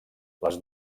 les